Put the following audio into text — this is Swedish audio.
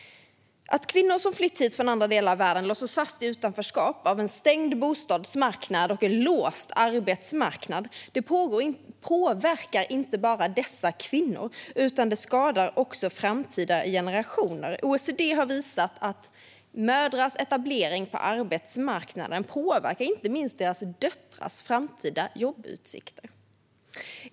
Att kvinnor som flytt hit från andra delar av världen låses fast i utanförskap av en stängd bostadsmarknad och en låst arbetsmarknad påverkar inte bara dessa kvinnor utan skadar också framtida generationer. OECD har visat att mödrars etablering på arbetsmarknaden påverkar inte minst deras döttrars framtida jobbutsikter.